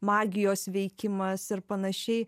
magijos veikimas ir panašiai